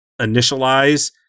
initialize